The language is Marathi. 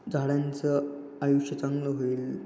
झाडांचं आयुष्य चांगलं होईल